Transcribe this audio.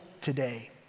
today